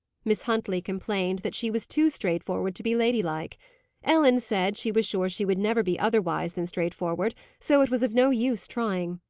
miss huntley complained that she was too straightforward to be ladylike ellen said she was sure she should never be otherwise than straightforward, so it was of no use trying.